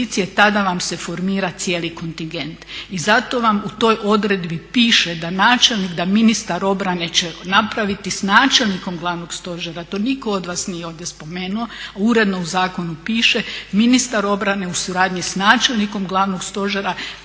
tada vam se formira cijeli kontingent i zato vam u toj odredbi piše da načelnik da ministar obrane će napraviti s načelnikom glavnog stožera, to nitko od vas nije ovdje spomenuo, uredno u zakonu piše, ministar obrane u suradnji s načelnikom glavnog stožera